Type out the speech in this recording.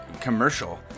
commercial